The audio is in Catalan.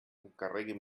encarreguin